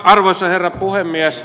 arvoisa herra puhemies